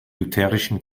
lutherischen